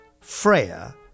Freya